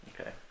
Okay